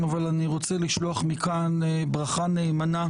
מה שחשוב להם זה להשתלח בקציני צה"ל.